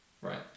Right